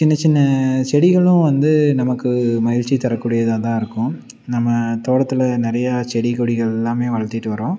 இந்த சின்ன சின்ன செடிகளும் வந்து நமக்கு மகிழ்ச்சி தரக்கூடியதக தான் இருக்கும் நம்ம தோட்டத்தில் நிறையா செடி கொடிகள் எல்லாம் வளர்த்திட்டு வரோம்